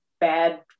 bad